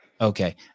Okay